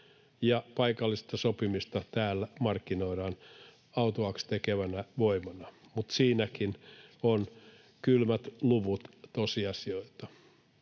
paikallista sopimista täällä markkinoidaan autuaaksi tekevänä voimana, mutta siinäkin ovat kylmät luvut tosiasioita.